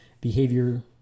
behavior